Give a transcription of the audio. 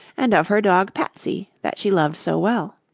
and of her dog patsy that she loved so well.